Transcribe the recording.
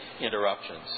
interruptions